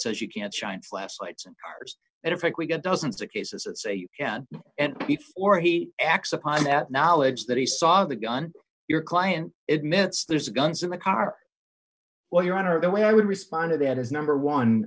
says you can't shine flashlights and tires and in fact we get dozens of cases and say you can't and before he acts upon that knowledge that he saw the gun your client admits there's guns in the car well your honor the way i would respond to that is number one